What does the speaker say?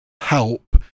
help